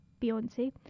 Beyonce